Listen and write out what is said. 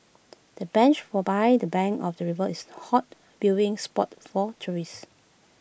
the bench or by the bank of the river is too hot viewing spot for tourists